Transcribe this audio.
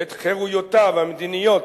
ואת חירויותיו המדיניות,